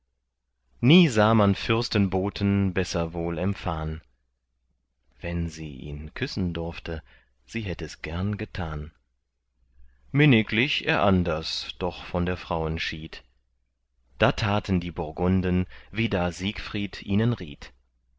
nie sah man fürstenboten besser wohl empfahn wenn sie ihn küssen durfte sie hätt es gern getan minniglich er anders doch von der frauen schied da taten die burgunden wie da siegfried ihnen riet